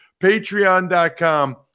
Patreon.com